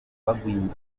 bagwingiye